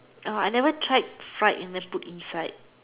uh I never tried fried and then put inside